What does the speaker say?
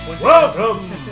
Welcome